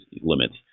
limits